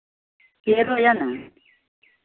पेड़ो यए ने